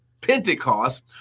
Pentecost